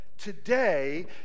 Today